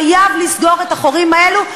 חייבים לסגור את החורים האלו.